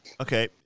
Okay